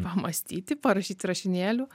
pamąstyti parašyti rašinėlių